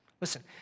Listen